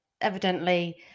evidently